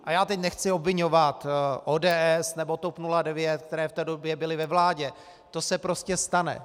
A já teď nechci obviňovat ODS nebo TOP 09, které v té době byly ve vládě, to se prostě stane.